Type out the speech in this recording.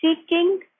seeking